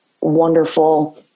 wonderful